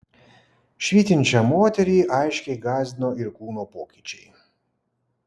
švytinčią moterį aiškiai gąsdino ir kūno pokyčiai